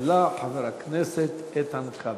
הכלכלה חבר הכנסת איתן כבל.